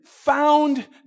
found